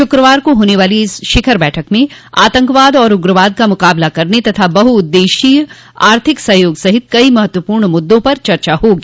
शुक्रवार को होने वाली इस शिखर बैठक में आतंकवाद और उग्रवाद का मुकाबला करने तथा बहुद्देशीय आर्थिक सहयोग सहित कई महत्वपूर्ण मुद्दों पर चर्चा होगी